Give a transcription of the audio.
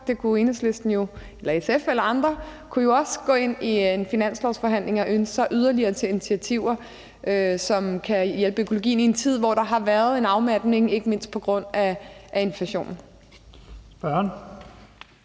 sig. Enhedslisten, SF eller andre kunne jo også gå ind i en finanslovsforhandling og ønske sig yderligere til initiativer, som kan hjælpe økologien i en tid, hvor der har været en afmatning, ikke mindst på grund af inflationen.